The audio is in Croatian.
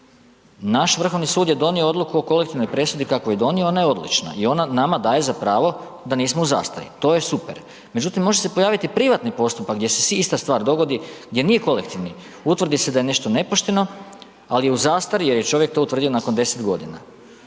Naš Vrhovni sud je donio odluku o kolektivnoj presudi kakvu je donio, ona je odlična i ona nama daje za pravo da nismo u zastari, to je super. Međutim, može se pojaviti privatni postupak, gdj se ista stvar dogodi, gdje nije kolektivni, utvrdi se da je nešto nepošteno, ali u zastari je to čovjek utvrdio nakon 10 g.